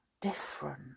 different